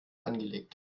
angelegt